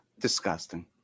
disgusting